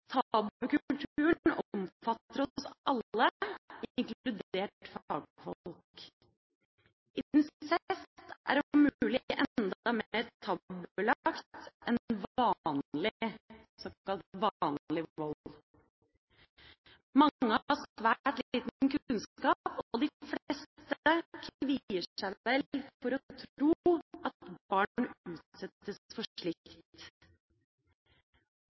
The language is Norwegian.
Tabukulturen omfatter oss alle, inkludert fagfolk. Incest er om mulig enda mer tabubelagt enn såkalt vanlig vold. Mange har svært liten kunnskap, og de fleste kvier seg vel for å tro at barn utsettes for slikt.